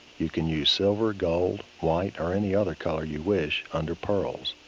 you can use silver, gold, white, or any other color you wish under pearl's.